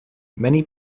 many